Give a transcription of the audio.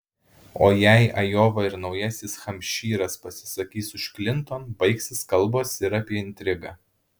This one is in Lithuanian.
o jei ajova ir naujasis hampšyras pasisakys už klinton baigsis kalbos ir apie intrigą